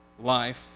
life